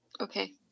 Okay